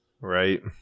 Right